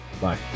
Bye